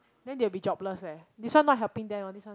then they will be jobless leh this one not helping them uh this one